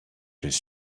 his